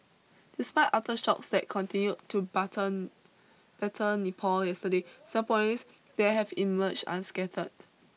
despite aftershocks that continued to button better Nepal yesterday Singaporeans there have emerged unscattered